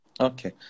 Okay